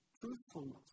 truthfulness